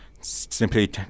simply